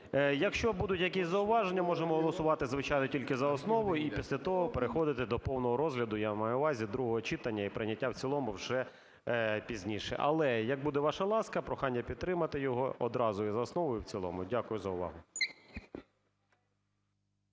Якщо будуть якісь зауваження, можемо голосувати, звичайно, тільки за основу і після того переходити до повного розгляду, я маю на увазі, другого читання і прийняття в цілому вже пізніше. Але, як буде ваша ласка, прохання підтримати його одразу і за основу, і в цілому. Дякую за увагу.